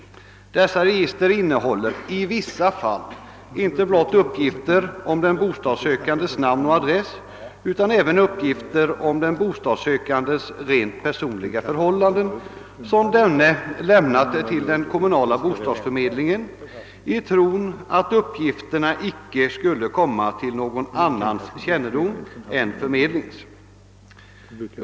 Dessa register innehåller i vissa fall inte blott uppgift om den bostadssökandes namn och adress utan även uppgifter om den bostadssökandes rent personliga förhållanden, som denne lämnat till den kommunala bostadsförmedlingen i tron att uppgifterna icke skulle komma till någon annans kännedom än bostadsförmedlingens.